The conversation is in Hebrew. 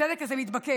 הצדק הזה מתבקש.